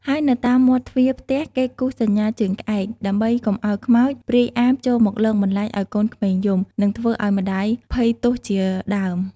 ហើយនៅតាមមាត់ទ្វារផ្ទះគេគូសសញ្ញាជើងក្អែក ដើម្បីកុំឱ្យខ្មោច ព្រាយអាបចូលមកលងបន្លាចឱ្យកូនក្មេងយំ និងធ្វើឱ្យម្តាយភ័យទាស់ជាដើម។